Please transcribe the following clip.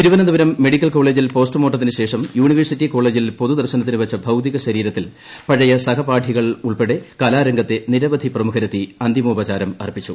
Thiruvananthapuram medical കോളേജിൽ പോസ്റ്റുമോർട്ടത്തിനുശേഷം പൊതുദർശനത്തിനുവച്ച ഭൌതിക ശരീരത്തിൽ പഴയ സഹപാഠികൾ ഉൾപ്പെടെ കലാരംഗത്തെ നിരവധി പ്രമുഖരെത്തി അന്തിമോപചാരം അർപ്പിച്ചു